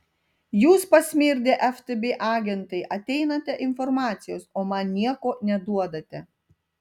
jūs pasmirdę ftb agentai ateinate informacijos o man nieko neduodate